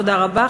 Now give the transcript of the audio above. תודה רבה,